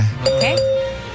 Okay